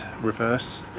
reverse